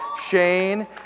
Shane